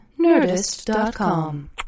Nerdist.com